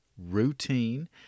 routine